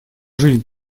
жизнь